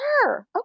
sure